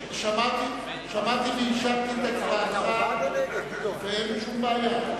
שמעתי ואישרתי את הצבעתך ואין לי שום בעיה.